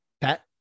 Pat